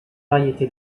variété